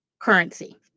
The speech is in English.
currency